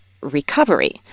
recovery